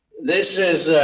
this is